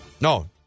No